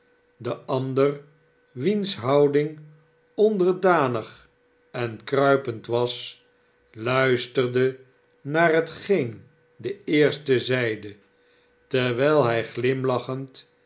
de ander wiens houding onderdanig en kruipend was luisterde naar hetgeen de eerste zeide terwijl hij glimlachend